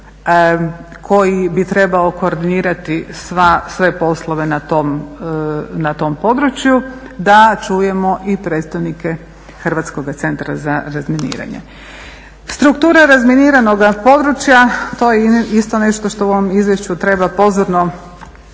koji bi trebao koordinirati sve poslove na tom području da čujemo i predstavnike Hrvatskoga centra za razminiranje. Struktura razminiranoga područja to je isto nešto što u ovom izvješću treba pozorno